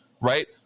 right